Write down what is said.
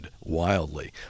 wildly